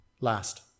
last